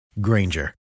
Granger